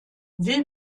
will